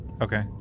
Okay